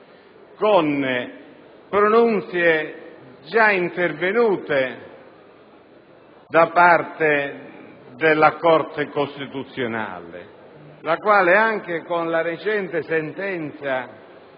con pronunzie già intervenute da parte della Corte costituzionale la quale, anche con la recente sentenza